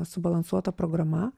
subalansuota programa